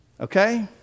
Okay